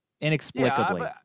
Inexplicably